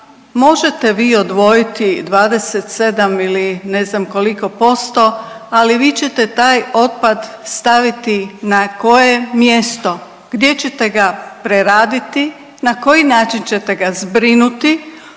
možete vi odvojiti 27 ili ne znam koliko posto, ali vi ćete taj otpad staviti na koje mjesto, gdje ćete ga preraditi, na koji način ćete ga zbrinuti,